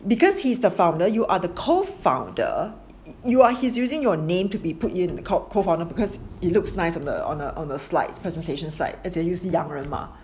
because he's the founder you are the co-founder you ah he's using your name to be put in the called co-founder because it looks nice on the on the on the slides presentation side 而且又是洋人吗